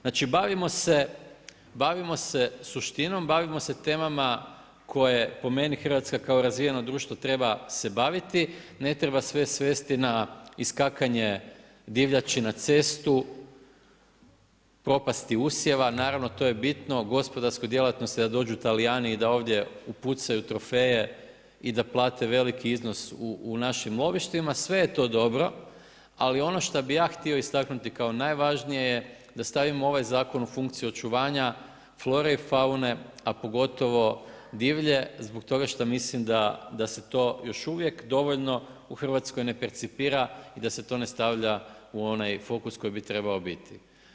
Znači bavimo se, suštinom, bavimo se temama koje po meni Hrvatska kao razvijeno društvo treba se baviti, ne treba sve svesti na iskakanje divljači na cestu, propasti usjeva, naravno to je bitno, gospodarsku djelatnost da dođu Talijani i da ovdje upucaju trofeje, i da plate veliki iznos u našim lovištima, sve je to dobro, ali ono šta bi ja htio istaknuti kao najvažnije je da stavimo ovaj zakon u funkciju očuvanja flore i faune, a pogotovo divlje, zbog toga šta mislim da se to još uvijek dovoljno u Hrvatskoj ne percipira i da se to ne stavlja u onaj fokus koji bi trebao biti.